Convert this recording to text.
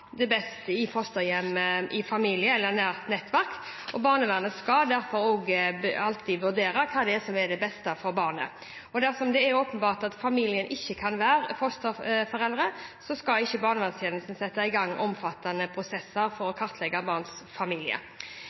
det best i fosterhjem hos familie eller nært nettverk. Barnevernet skal derfor også alltid vurdere hva som vil være til det beste for barnet. Dersom det er åpenbart at familien ikke kan være fosterforeldre, skal ikke barnevernstjenesten sette i gang omfattende prosesser for å kartlegge barnets familie.